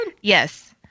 Yes